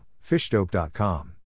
fishdope.com